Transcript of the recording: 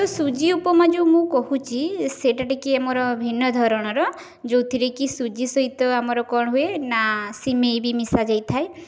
ତ ସୁଜି ଉପମା ଯେଉଁ ମୁଁ କହୁଛି ସେଇଟା ଟିକେ ମୋର ଭିନ୍ନ ଧରଣର ଯେଉଁଥିରେ କି ସୁଜି ସହିତ ଆମର କ'ଣ ହୁଏ ନା ସିମେଇ ବି ମିଶା ଯାଇଥାଏ